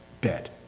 bed